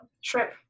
shrimp